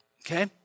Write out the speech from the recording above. Okay